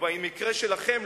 או במקרה שלכם,